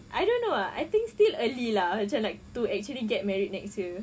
I don't know ah I think still early lah macam like to actually get married next year